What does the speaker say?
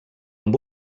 amb